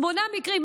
שמונה מקרים,